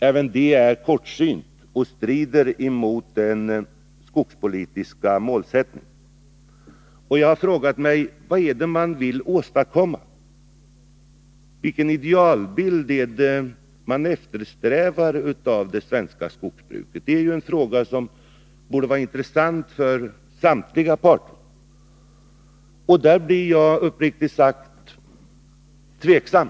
Även detta är kortsynt och strider mot den skogspolitiska målsättningen. Jag har frågat mig: Vad är det man vill åstadkomma? Vilken idealbild är det man eftersträvar för det svenska skogsbruket? Det är frågor som borde vara intressanta för samtliga parter. Där blir jag uppriktigt sagt tveksam.